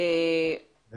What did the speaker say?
יושב